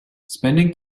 spending